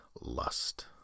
Lust